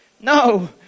no